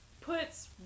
puts